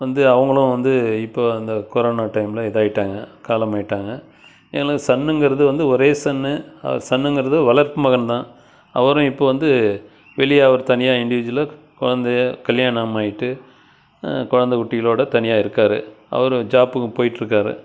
வந்து அவங்களும் வந்து இப்போ அந்தக் கொரோனா டைமில் இதாகிட்டாங்க காலமாகிட்டாங்க எனக்கு சன்னுங்கிறது வந்து ஒரே சன் சன்னுங்கிறது வளர்ப்பு மகன்தான் அவரும் இப்போ வந்து வெளியே அவர் தனியாக இன்டிவியூஜுவலாக குழந்தைக கல்யாணம் ஆகிட்டு குழந்த குட்டிகளோட தனியாக இருக்கார் அவரும் ஜாப்புக்கு போயிட்டிருக்காரு